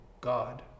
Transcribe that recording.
God